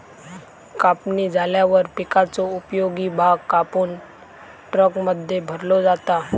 कापणी झाल्यावर पिकाचो उपयोगी भाग कापून ट्रकमध्ये भरलो जाता